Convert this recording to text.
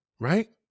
Right